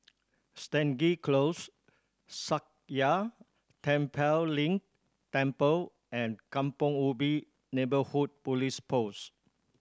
Stangee Close Sakya Tenphel Ling Temple and Kampong Ubi Neighbourhood Police Post